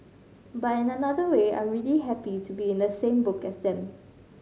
but in another way I'm really happy to be in the same book as them